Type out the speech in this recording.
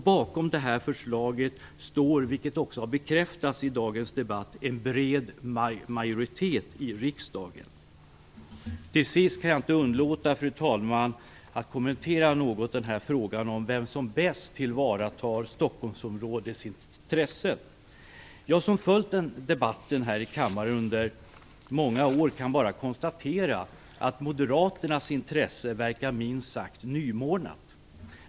Bakom förslaget står, vilket också har bekräftats i dagens debatt, en bred majoritet i riksdagen. Till sist kan jag inte underlåta, fru talman, att något kommentera frågan om vem som bäst tillvaratar Stockholmsområdets intressen. Jag, som har följt den debatten här i kammaren under många år, kan bara konstatera att Moderaternas intresse verkar minst sagt nymornat.